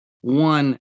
one